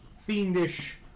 fiendish